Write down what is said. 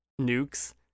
nukes